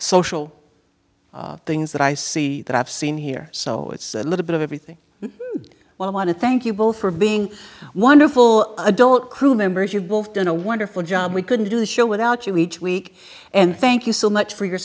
social things that i see that i've seen here so it's a little bit of everything when i want to thank you both for being wonderful adult crew members you're both in a wonderful job we couldn't do the show without you each week and thank you so much for your